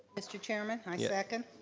mr. chairman, i yeah second.